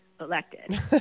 elected